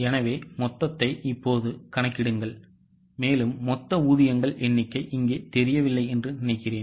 எனவே மொத்தத்தை இப்போது கணக்கிடுங்கள் எனவே மொத்த ஊதியங்கள் எண்ணிக்கை இங்கே தெரியவில்லை என்று நினைக்கிறேன்